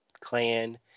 clan